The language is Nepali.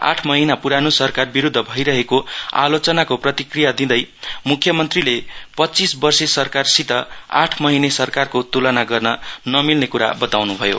आठ महिना प्रानो सरकार विरूद्व भइरहेको आलोचनाका प्रतिक्रिया दिँदै म्ख्यमन्त्रीले पच्चीस वर्षे सरकारसित आठ महिने सरकारको त्लना गर्न नमिल्ने क्रा बताउन् भयो